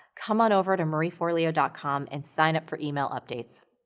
come on over to marieforleo dot com and sign up for email updates.